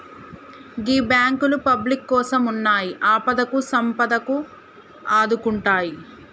గీ బాంకులు పబ్లిక్ కోసమున్నయ్, ఆపదకు సంపదకు ఆదుకుంటయ్